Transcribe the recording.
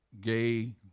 gay